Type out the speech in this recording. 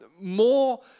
more